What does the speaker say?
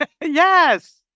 Yes